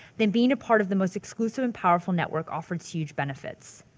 then being a part of the most exclusive and powerful network offers huge benefits.